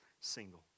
single